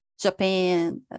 japan